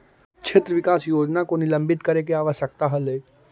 क्षेत्र विकास योजना को निलंबित करे के आवश्यकता हलइ